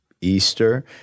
Easter